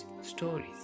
stories